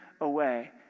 Away